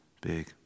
big